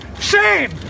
Shame